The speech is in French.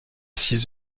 six